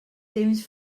temps